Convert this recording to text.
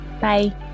bye